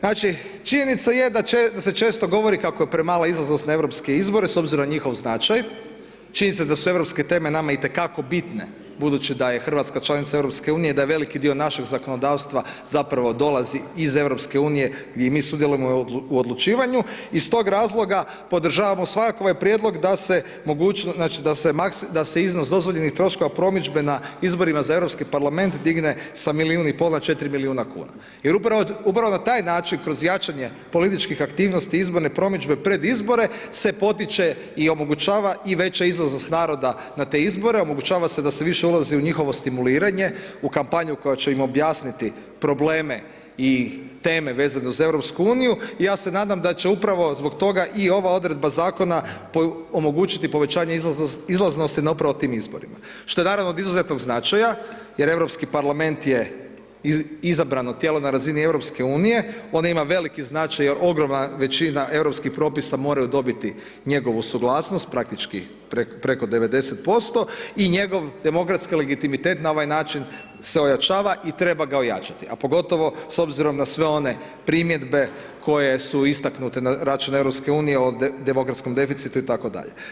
Znači, činjenica je da će, da se često govori kako je premala izlaznost na europske izbore s obzirom na njihov značaj, činjenica je da su europske teme nama itekako bitne budući da je Hrvatska članica Europske unije, da je veliki dio našeg zakonodavstva zapravo dolazi iz Europske unije, gdje i mi sudjelujemo o odlučivanju, i s tog razloga, podržavamo svakako ovaj prijedlog da se, znači, da se iznos dozvoljenih troškova promidžbe na izborima za Europski Parlament, digne sa milijun i pol, na četiri milijuna kuna, jer upravo na taj način, kroz jačanje političkih aktivnosti izborne promidžbe pred izbore, se potiče i omogućava, i veća izlaznost naroda na te izbore, omogućava se da se više ulazi u njihovo stimuliranje, u kampanju koja će im objasniti probleme i teme vezane uz Europsku uniju, i ja se nadam da će upravo zbog toga i ova odredba Zakona omogućiti povećanje izlaznosti na upravo tim izborima, što je naravno od izuzetnog značaja, jer Europski Parlament je izabrano tijelo na razini Europske unije, ono ima veliki značaj jer ogromna većina europskih propisa moraju dobiti njegovu suglasnost, praktički preko 90%, i njegov demokratski legitimitet na ovaj način se ojačava, i treba ga ojačati, a pogotovo s obzirom na sve one primjedbe koje su istaknute na račun Europske unije o demokratskom deficitu, i tako dalje.